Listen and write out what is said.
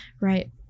right